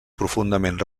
profundament